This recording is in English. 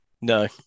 No